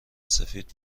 سفید